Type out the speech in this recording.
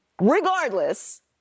Regardless